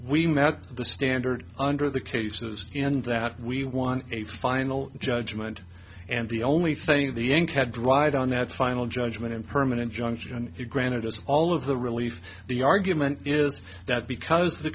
we met the standard under the cases and that we won a final judgment and the only thing the ink had dried on that final judgment impermanent junction he granted us all of the relief the argument is that because the